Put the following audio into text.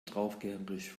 draufgängerisch